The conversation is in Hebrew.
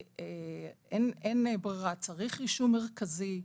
אין ברירה, צריך רישום מרכזי,